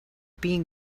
being